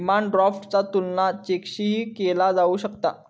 demand ड्राफ्टचा तुलना चेकशीही केला जाऊ शकता